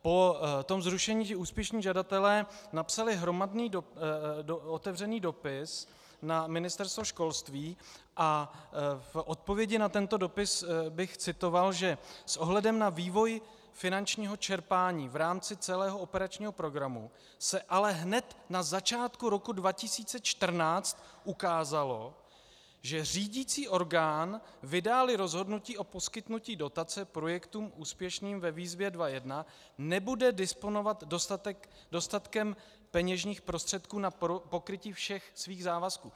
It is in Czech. Po tom zrušení úspěšní žadatelé napsali hromadný otevřený dopis na Ministerstvo školství a v odpovědi na tento dopis bych citoval, že s ohledem na vývoj finančního čerpání v rámci celého operačního programu se ale hned na začátku roku 2014 ukázalo, že řídicí orgán, vydáli rozhodnutí o poskytnutí dotace projektům úspěšným ve výzvě 2.1, nebude disponovat dostatkem peněžních prostředků na pokrytí všech svých závazků!